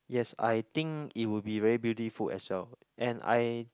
yes I think it would be very beautiful as well and I